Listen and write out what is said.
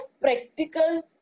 practical